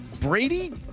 Brady